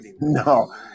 no